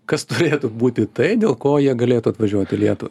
kas turėtų būti tai dėl ko jie galėtų atvažiuoti į lietuvą